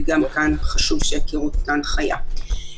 וגם כאן חשוב שיכירו את ההנחיה.